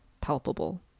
palpable